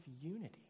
unity